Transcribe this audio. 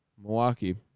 Milwaukee